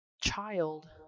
child